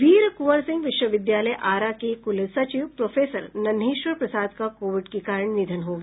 वीर कृंवर सिंह विश्वविद्यालय आरा के क्ल सचिव प्रोफेसर नन्हेश्वर प्रसाद का कोविड के कारण निधन हो गया